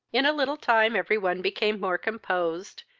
in a little time every one became more composed,